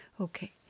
Okay